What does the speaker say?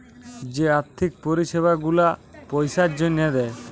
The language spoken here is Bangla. যে আথ্থিক পরিছেবা গুলা পইসার জ্যনহে দেয়